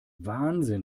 wahnsinn